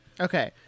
Okay